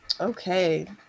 Okay